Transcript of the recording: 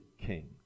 king